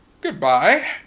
goodbye